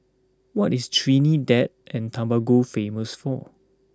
what is Trinidad and Tobago famous for